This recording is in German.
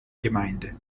gemeinde